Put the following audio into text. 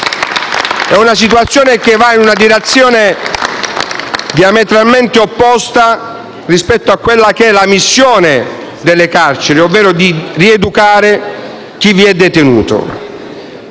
È una situazione che va in una direzione diametralmente opposta rispetto alla missione delle carceri, ovvero la rieducazione di chi è detenuto.